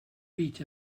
beat